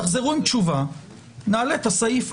תחזרו עם תשובה ואז נעלה את הסעיף.